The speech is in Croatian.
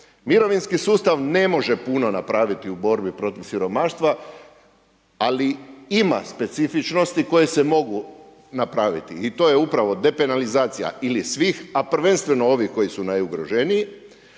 Mirovinski sustav ne može puno napraviti u borbi protiv siromaštva ali ima specifičnosti koje se mogu napraviti i to je upravo depenalizacija ili svih a prvenstveno ovih koji su najugroženiji